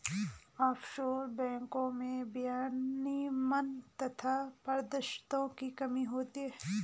offshore बैंको में विनियमन तथा पारदर्शिता की कमी होती है